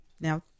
now